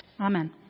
Amen